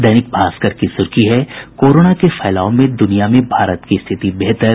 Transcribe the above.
दैनिक भास्कर की सुर्खी है कोरोना के फैलाव में दुनिया में भारत की स्थिति बेहतर